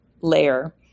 layer